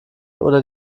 oder